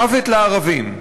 מוות לערבים.